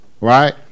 Right